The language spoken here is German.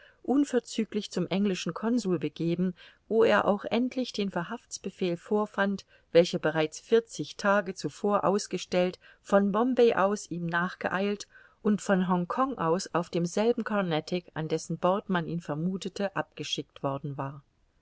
unverzüglich zum englischen consul begeben wo er auch endlich den verhaftsbefehl vorfand welcher bereits vierzig tage zuvor ausgestellt von bombay aus ihm nachgeeilt und von hongkong aus auf demselben carnatic an dessen bord man ihn vermuthete abgeschickt worden war